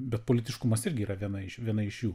bet politiškumas irgi yra viena iš viena iš jų